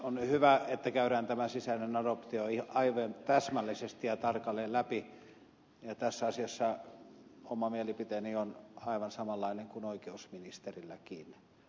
on hyvä että käydään tämä sisäinen adoptio aivan täsmällisesti ja tarkalleen läpi ja tässä asiassa oma mielipiteeni on aivan samanlainen kuin oikeusministerilläkin